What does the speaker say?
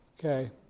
Okay